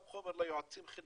גם חומר ליועצים חינוכיים,